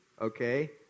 Okay